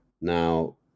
Now